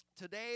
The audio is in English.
today